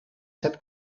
set